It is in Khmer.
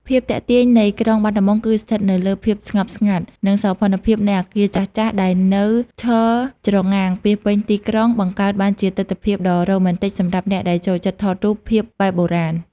ភាពទាក់ទាញនៃក្រុងបាត់ដំបងគឺស្ថិតនៅលើភាពស្ងប់ស្ងាត់ និងសោភ័ណភាពនៃអគារចាស់ៗដែលនៅឈរច្រងាងពាសពេញទីក្រុង បង្កើតបានជាទិដ្ឋភាពដ៏រ៉ូមែនទិកសម្រាប់អ្នកដែលចូលចិត្តថតរូបភាពបែបបុរាណ។